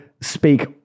Speak